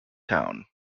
town